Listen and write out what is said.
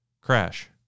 crash